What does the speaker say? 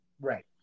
right